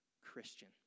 Christian